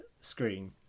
screen